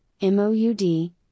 MOUD